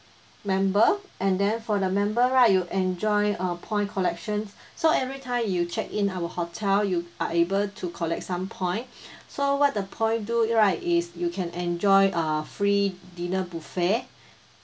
member and then for the member right you enjoy uh point collections so every time you check in our hotel you are able to collect some point so what the point do right is you can enjoy a free dinner buffet